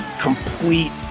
complete